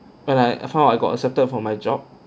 when I I found out I got accepted for my job